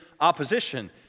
opposition